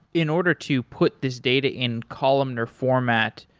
in order to put these data in columnar format,